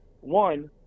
one